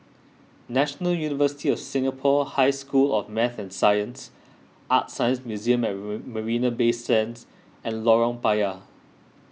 National University of Singapore High School of Math and Science ArtScience Museum at Marina Bay Sands and Lorong Payah